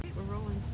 we're rolling.